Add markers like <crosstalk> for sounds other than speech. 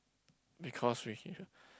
because we <noise>